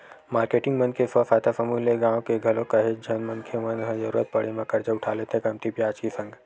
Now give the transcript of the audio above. marketing मन के स्व सहायता समूह ले गाँव के घलोक काहेच झन मनखे मन ह जरुरत पड़े म करजा उठा लेथे कमती बियाज के संग